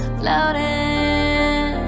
floating